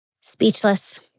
Speechless